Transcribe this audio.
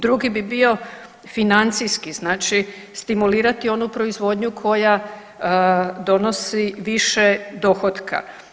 Drugi bi bio financijski, znači stimulirati onu proizvodnju koja donosi više dohotka.